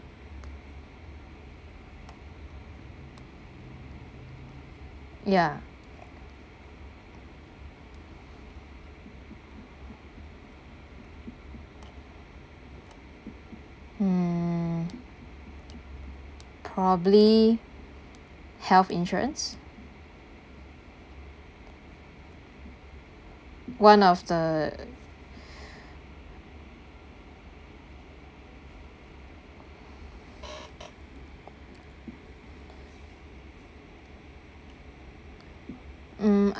ya mm probably health insurance one of the mm